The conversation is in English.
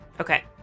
Okay